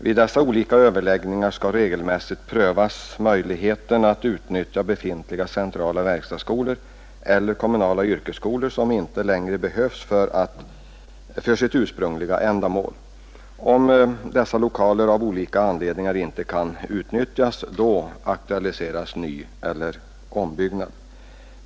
Vid dessa olika överläggningar skall regelmässigt prövas möjligheten att utnyttja befintliga centrala verkstadsskolor eller kommunala yrkesskolor, som inte längre behövs för sitt ursprungliga ändamål. Om dessa lokaler av olika anledningar inte kan utnyttjas, aktualiseras nyeller ombyggnad.